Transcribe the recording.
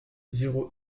zéro